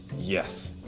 yes.